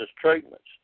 treatments